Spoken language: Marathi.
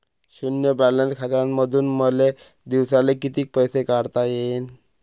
शुन्य बॅलन्स खात्यामंधून मले दिवसाले कितीक पैसे काढता येईन?